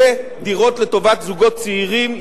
לדירות לטובת זוגות צעירים,